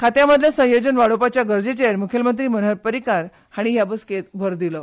खांत्यांमदलें संयोजन वाडोवपाच्या गरजेचेर मुखेलमंत्री मनोहर पर्रीकार हांणी हेवेळार भर दिलो